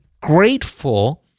grateful